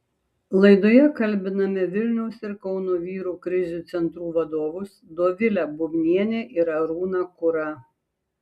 laidoje kalbiname vilniaus ir kauno vyrų krizių centrų vadovus dovilę bubnienę ir arūną kurą